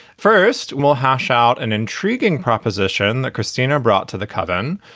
first, we'll hash out an intriguing proposition that christina brought to the coven,